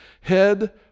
Head